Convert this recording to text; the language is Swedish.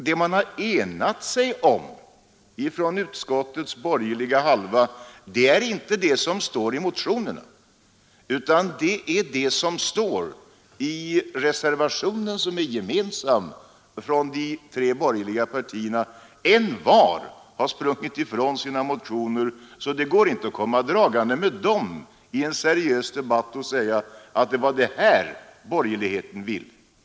Det man enat sig om inom utskottets borgerliga halva är inte det som står i motionerna utan det som står i reservationen, vilken är gemensam för de tre borgerliga partierna. Vart och ett av partierna har sprungit ifrån sina motioner, så det går inte att komma dragande med dem i en seriös debatt och säga att det var det här borgerligheten ville.